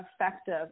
effective